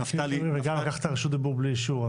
וגם לקחת רשות דיבור בלי אישור,